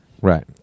Right